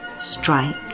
Strike